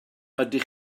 ydych